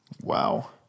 Wow